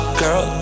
girl